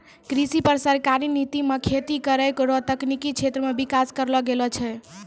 कृषि पर सरकारी नीति मे खेती करै रो तकनिकी क्षेत्र मे विकास करलो गेलो छै